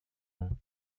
eux